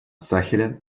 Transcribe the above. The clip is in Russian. сахеля